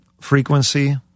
frequency